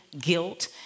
guilt